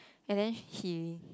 and then he